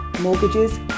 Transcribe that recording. mortgages